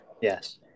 yes